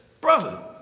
brother